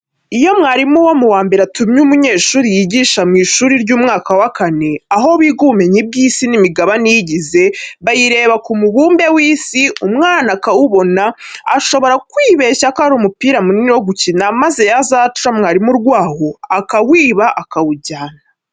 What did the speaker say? Iyo mwarimu wo mu wa mbere atumye umunyeshuri yigisha mu ishuri ry'umwaka wa kane, aho biga ubumenyi bw'isi n'imigabane iyigize, bayireba ku mubumbe w'isi; umwana akawubona, ashobora kwibeshya ko ari umupira munini wo gukina, maze yazaca mwarimu urwaho akawiba, akawujyana.